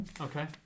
Okay